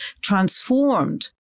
transformed